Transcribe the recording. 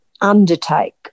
undertake